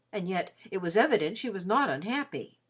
and yet it was evident she was not unhappy.